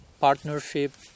partnership